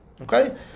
Okay